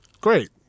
great